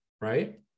right